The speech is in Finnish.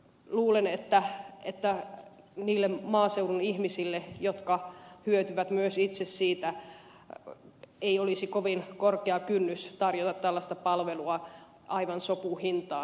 luulen että niille maaseudun ihmisille jotka hyötyvät myös itse siitä ei olisi kovin korkea kynnys tarjota tällaista palvelua aivan sopuhintaan